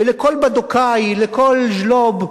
ולכל בדוקאי, לכל ז'לוב,